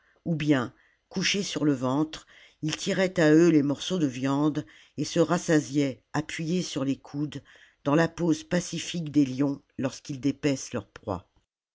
ou bien couchés sur le ventre ils tiraient à eux les morceaux de viande et se rassasiaient appuyés sur les coudes dans la pose pacifique des lions lorsqu'ils dépècent leur proie